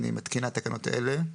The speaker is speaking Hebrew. אני מתקינה תקנות אלה: